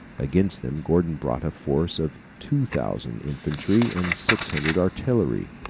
against them gordon brought a force of two thousand infantry and six hundred artillery.